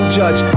judge